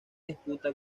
disputa